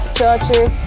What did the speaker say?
churches